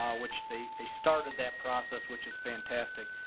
um which they they started that process, which is fantastic.